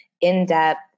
in-depth